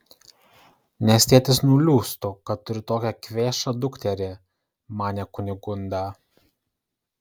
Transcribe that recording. nes tėtis nuliūstų kad turi tokią kvėšą dukterį manė kunigunda